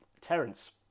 Terence